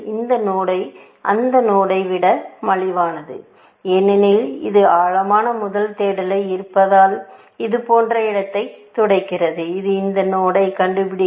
இந்த நோடு அந்த நோடை விட மலிவானது ஏனெனில் இது ஆழமான முதல் தேடலாக இருப்பதால் இது போன்ற இடத்தை துடைக்கிறது இது இந்த நோடை கண்டுபிடிக்கும்